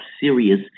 serious